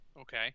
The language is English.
Okay